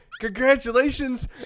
congratulations